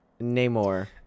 Namor